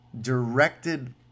directed